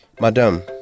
Madame